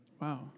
Wow